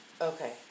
Okay